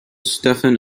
stefan